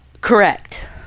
Correct